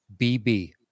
BB